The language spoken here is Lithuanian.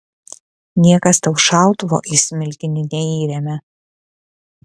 niekas tau šautuvo į smilkinį neįremia